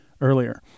earlier